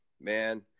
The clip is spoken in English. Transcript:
man